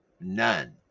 None